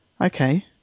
okay